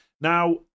Now